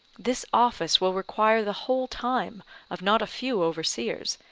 this office will require the whole time of not a few overseers,